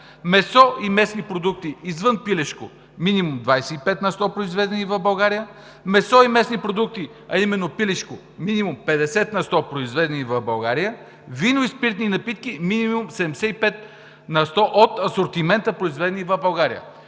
месо и месни продукти, извън пилешко – минимум 25 на сто, произведени в България; месо и месни продукти, а именно пилешко – минимум 50 на сто, произведени в България; вино и спиртни напитки – минимум 75 на сто от асортимента, произведени в България.